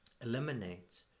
eliminate